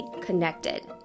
connected